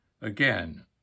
Again